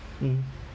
mm